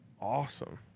awesome